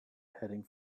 heading